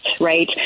right